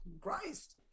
Christ